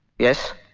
yes.